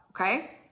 okay